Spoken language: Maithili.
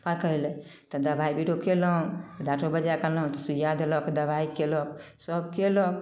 हमरा कहय लए तऽ दबाइ बीरो कयलहुँ डाक्टरो बजा कए अनलहुँ तऽ सुइया देलक दबाइ केलक सब केलक